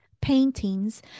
paintings